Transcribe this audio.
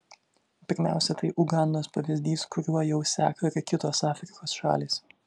pirmiausia tai ugandos pavyzdys kuriuo jau seka ir kitos afrikos šalys